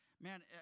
Man